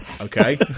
okay